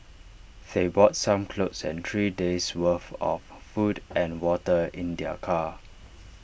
they brought some clothes and three days' worth of food and water in their car